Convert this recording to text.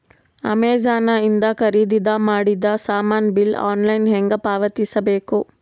Amazon ಇಂದ ಖರೀದಿದ ಮಾಡಿದ ಸಾಮಾನ ಬಿಲ್ ಆನ್ಲೈನ್ ಹೆಂಗ್ ಪಾವತಿಸ ಬೇಕು?